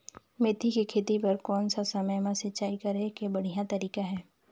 मेथी के खेती बार कोन सा समय मां सिंचाई करे के बढ़िया तारीक हे?